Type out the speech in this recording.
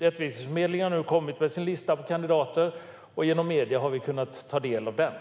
Rättviseförmedlingen har nu kommit med sin lista på kandidater, och genom medier har vi kunnat ta del av den.